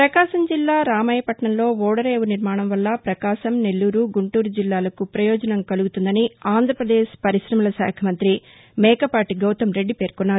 ప్రపకాశం జిల్లా రామాయపట్నంలో ఓడ రేవు నిర్మాణం వల్ల ప్రకాశం నెల్లూరు గుంటూరు జిల్లాలకు ప్రయోజనం కలుగుతుందని ఆంధ్ర ప్రదేశ్ పరిశమల శాఖ మంత్రి మేకపాటి గౌతమ్ రెడ్డి పేర్కొన్నారు